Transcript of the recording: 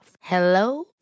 Hello